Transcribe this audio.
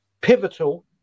pivotal